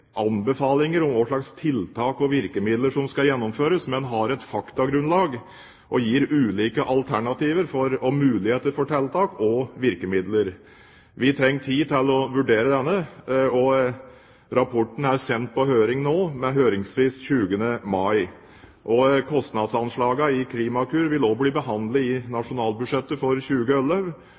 anbefalinger om hva slags tiltak og virkemidler som skal gjennomføres, men har et faktagrunnlag og gir ulike alternativer og muligheter for tiltak og virkemidler. Vi trenger tid til å vurdere dette. Rapporten er sendt på høring nå med høringsfrist 20. mai. Kostnadsanslagene i Klimakur vil også bli behandlet i nasjonalbudsjettet for